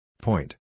Point